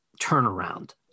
turnaround